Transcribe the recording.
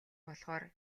болохоор